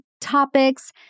topics